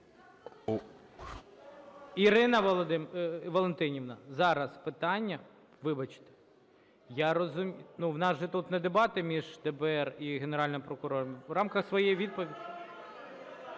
Ірина Валентинівна, зараз питання, вибачте. Я розумію. У нас же тут не дебати між ДБР і Генеральним прокурором. В рамках своєї відповіді.